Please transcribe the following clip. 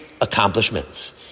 accomplishments